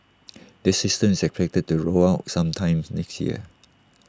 this system is expected to be rolled out sometimes next year